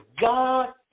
God